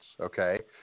Okay